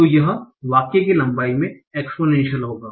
तो यह वाक्य की लंबाई में एक्स्पोनेंशल होगा